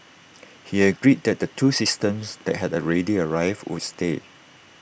he agreed that the two systems that had already arrived would stay